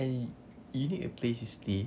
and you need a place to stay